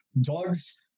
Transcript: dogs